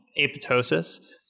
apoptosis